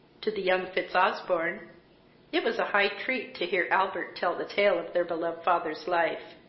to the young fitzosbournes it was a high treat to hear albert tell the tale of their beloved father's life.